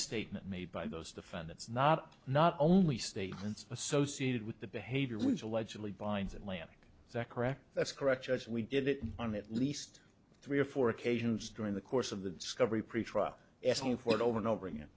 statement made by those defendants not not only statements associated with the behavior which allegedly binds and landing is that correct that's correct yes we did it on at least three or four occasions during the course of the discovery pretrial asking for it over and over again